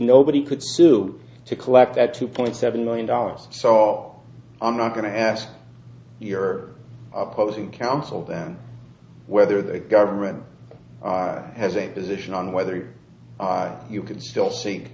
nobody could sue to collect that two point seven million dollars saw i'm not going to ask your opposing counsel them whether the government has a position on whether you can still see